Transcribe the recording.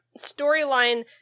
storyline